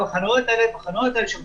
יש שם